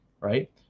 right